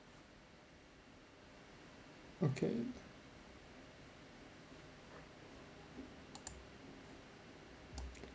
okay